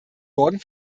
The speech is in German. morgen